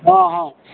ହଁ ହଁ